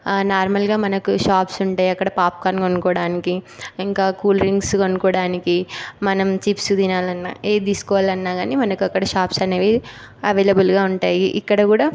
నార్మల్గా మనకి షాప్స్ ఉంటాయి అక్కడ పాప్కార్న్ కొనుక్కోడానికి ఇంకా కూల్డ్రింక్స్ కొనుక్కోడానికి మనం చిప్స్ తినాలన్నా ఏది తీసుకోవాలన్నాకానీ మనకి అక్కడ షాప్స్ అనేవి ఎవైలబుల్గా ఉంటాయి ఇక్కడ కూడా